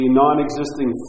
non-existing